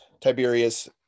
Tiberius